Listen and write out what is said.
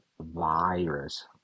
virus